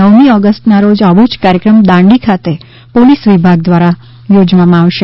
નવમી ઓગષ્ટના રોજ આવો જ કાર્યક્રમ દાંડી ખાતે પોલીસ વિભાગ દ્રારા યોજવામાં આવશે